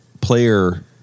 player